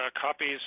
copies